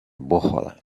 بخورن